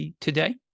today